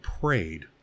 prayed